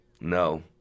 No